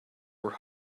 were